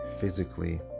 physically